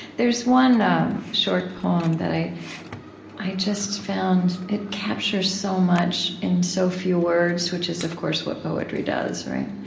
there's one short poem that i i just found. it captures so much in so few words, which is, of course, what poetry does, right?